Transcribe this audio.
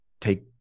take